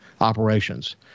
operations